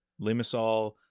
Limassol